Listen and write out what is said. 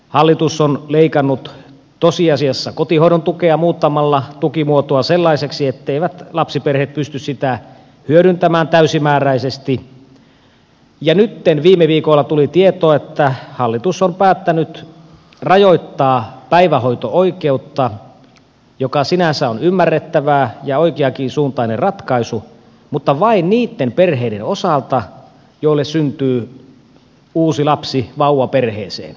hallitus on leikannut tosiasiassa kotihoidon tukea muuttamalla tukimuotoa sellaiseksi etteivät lapsiperheet pysty sitä hyödyntämään täysimääräisesti ja nytten viime viikolla tuli tieto että hallitus on päättänyt rajoittaa päivähoito oikeutta mikä sinänsä on ymmärrettävää ja oikeankin suuntainen ratkaisu mutta vain niitten perheiden osalta joille syntyy uusi lapsi vauva perheeseen